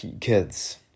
kids